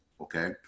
Okay